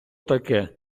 таке